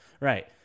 right